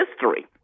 history